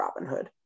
Robinhood